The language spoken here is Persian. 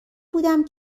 بودم